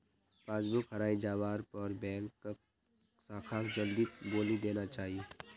passbook हराई जवार पर बैंक शाखाक जल्दीत बोली देना चाई